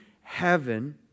heaven